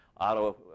auto